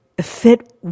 fit